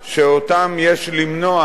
שאותם יש למנוע,